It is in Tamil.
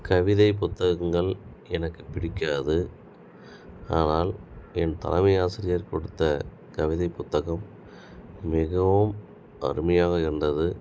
கவிதை புத்தகங்கள் எனக்கு பிடிக்காது ஆனால் என் தலைமை ஆசிரியர் கொடுத்த கவிதை புத்தகம் மிகவும் அருமையாக இருந்தது